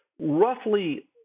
roughly